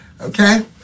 Okay